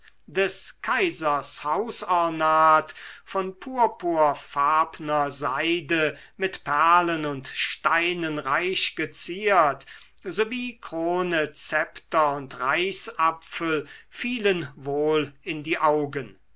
des kaisers hausornat von purpurfarbner seide mit perlen und steinen reich geziert sowie krone szepter und reichsapfel fielen wohl in die augen